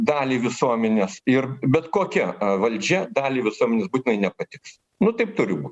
daliai visuomenės ir bet kokia valdžia daliai visuomenės būtinai nepatiks nu taip turi būt